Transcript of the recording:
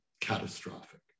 catastrophic